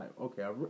Okay